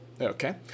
Okay